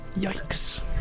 Yikes